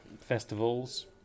festivals